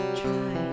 try